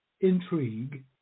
intrigue